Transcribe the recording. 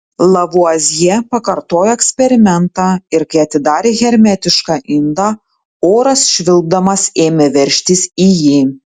lavuazjė pakartojo eksperimentą ir kai atidarė hermetišką indą oras švilpdamas ėmė veržtis į jį